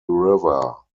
river